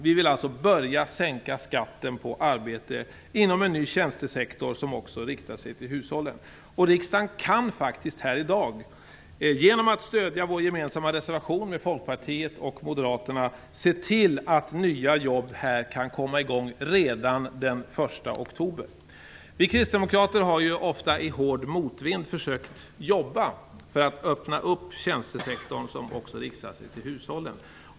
Vi vill alltså börja sänka skatten på arbete inom en ny tjänstesektor, som också riktar sig till hushållen. Riksdagen kan faktiskt här i dag, genom att stödja den reservation som vi har gemensam med Folkpartiet och Moderaterna, se till att nya jobb kan komma i gång redan den 1 oktober. Vi kristdemokrater har ju ofta i hård motvind försökt jobba för att öppna tjänstesektorn som också riktar sig till hushållen.